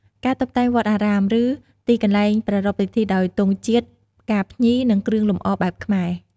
ការតុបតែងវត្តអារាម ឬទីកន្លែងប្រារព្ធពិធីដោយទង់ជាតិ ផ្កាភ្ញី និងគ្រឿងលម្អបែបខ្មែរ។